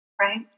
Right